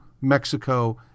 Mexico